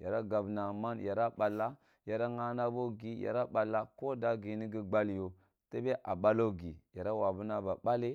Yara gabna man yara balla yara ghana bo gi yara balla koda gi nigi gbal yo tebe a ballo gi yara wawu na ba bale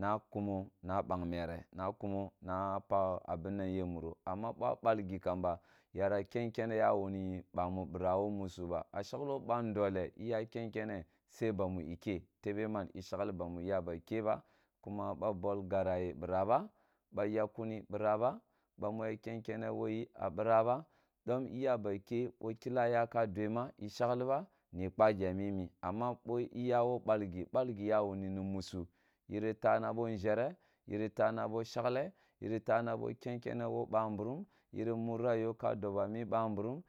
na kamo na bang mere na kuma na pakh a bmang ye amuro amma ba balgi kamba yara ken kene ya wuri bwawi bira wo musu ba a shaglo na ndole iya ke kene sai bamu ike tebe man ishagki bamu iyaba ke ba kuma ba bwol ygera ye bira ba ba yakh kuni bira ba bamu ya ken kene woyi a bira ba dom iya ba ke bo kila yakha doema ishagli ba ni kpage a mini amma bo iya wo balgi balgi ya wuni ni musy giri ta na bo nʒhere yiri tababo shagle yiri tana bo ken kene wo bamburum yiri munna to kadoba mi bamburumyiri.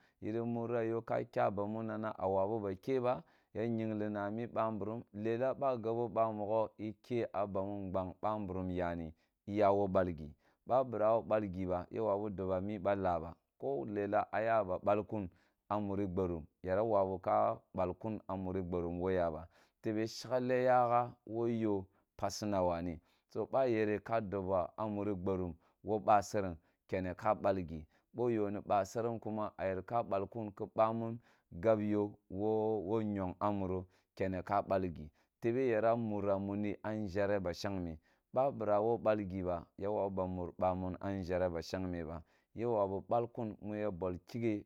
Kya bami mna a wabu ba lye ba ya yingle ne ami bamburam lela ga gabi ba mogho ikye a bamu ngban bamburum yani wawo balgi ba bira wi balg ib ya wabi doba mi bakaa bako lela agaba bal kup a muri gborum yara ka balkun amuru gbotum wo ya ba tebe shagle ytagha wo yo pasina wane. So ba yere ka diba muri gboum wo basereng kene ka balgi bo yo ni basereng kuma a yer ka balkum ki bamun gab yo wo wo nyong a muto kene ka balgi tebe yara murra memdi a nʒhere ba shangme ba birawo balgu ba ya wabi na mur bamun a nʒhere ba shagme ba ya wabi bakmi mu ta bwol kighe